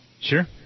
Sure